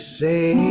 say